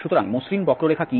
সুতরাং মসৃণ বক্ররেখা কি